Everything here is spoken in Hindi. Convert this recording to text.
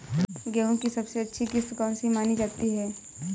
गेहूँ की सबसे अच्छी किश्त कौन सी मानी जाती है?